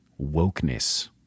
wokeness